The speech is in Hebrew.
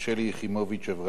אברהם מיכאלי,